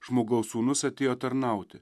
žmogaus sūnus atėjo tarnauti